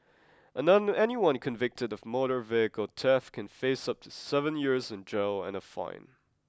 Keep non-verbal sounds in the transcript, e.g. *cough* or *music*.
*unintelligible* anyone convicted of motor vehicle theft can face up to seven years in jail and a fine